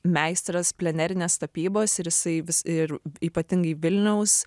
meistras plenerinės tapybos ir jisai vis ir ypatingai vilniaus